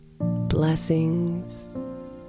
Blessings